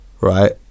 right